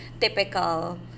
typical